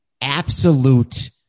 absolute